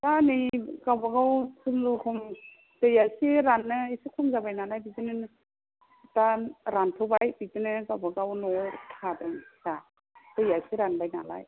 दा नै गावबागाव कुनुरक'म दैया इसे राननानै एसे खम जाबाय नालाय बिदिनो दा रानथ'बाय बिदिनो गावबागाव न'आव थादों दा दैया इसे रानबाय नालाय